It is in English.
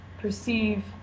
perceive